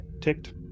Ticked